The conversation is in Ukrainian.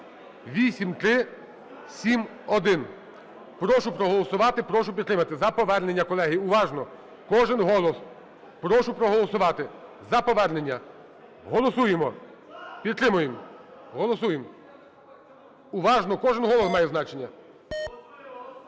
8371. Прошу проголосувати, прошу підтримати. За повернення, колеги. Уважно. Кожен голос. Прошу проголосувати за повернення. Голосуємо. Підтримуємо. Голосуємо. Уважно. Кожен голос має значення.